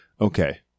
Okay